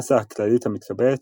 המסה הכללית המתקבלת